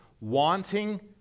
wanting